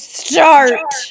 start